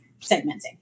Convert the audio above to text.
segmenting